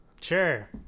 Sure